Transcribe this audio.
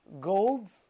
gold